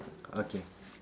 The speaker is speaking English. okay